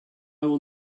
will